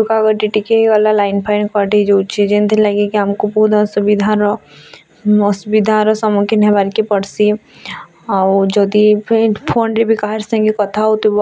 ଦୁକାଘଟି ଟିକେ ହେଇଗଲା line fine କଟି ଯେଉଁଛି ଜେନଥିର୍ ଲାଗି କି ଆମକୁ ବହୁତ୍ ଅସୁବିଧାର ଅସୁବିଧାର ସମ୍ମୁଖୀନ ହେବାର୍ କେ ପଡ଼ୁସିଁ ଆଉ ଯଦି ବି ଫୋନ୍ରେ କାହାର୍ ସାଙ୍ଗେ କଥା ହେଉଥିବ